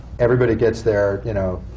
everybody gets their, you know,